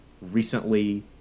recently